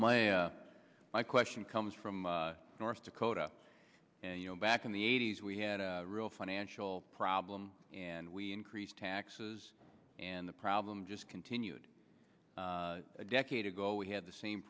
chairman my question comes from north dakota and you know back in the eighty's we had a real financial problem and we increased taxes and the problem just continued a decade ago we had the same